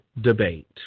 debate